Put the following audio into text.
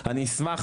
אני אשמח,